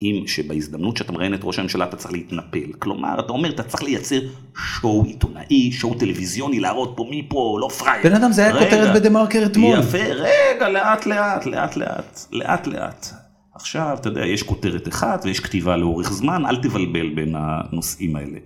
אם שבהזדמנות שאתה מראייו את ראש הממשלה אתה צריך להתנפל. כלומר אתה אומר אתה צריך לייצר שואו עיתונאי, שואו טלוויזיוני, להראות פה מי פה לא פראייר. בן אדם זה היה כותרת בדה מרקר אתמול. יפה, רגע, לאט לאט, לאט לאט, לאט לאט. עכשיו, אתה יודע, יש כותרת אחת ויש כתיבה לאורך זמן, אל תבלבל בין הנושאים האלה.